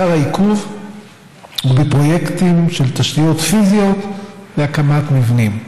עיקר העיכוב הוא בפרויקטים של תשתיות פיזיות להקמת מבנים.